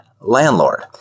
landlord